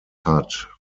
hat